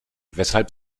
weshalb